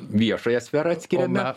viešąją sferą atskirame